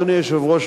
אדוני היושב-ראש,